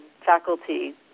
faculty